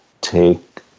take